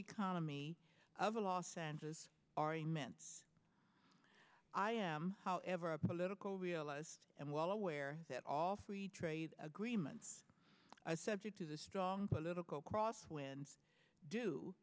economy of los angeles are immense i am however a political realist and well aware that all free trade agreements are subject to the strong political cross winds due